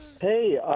hey